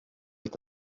est